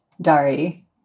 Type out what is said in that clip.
Dari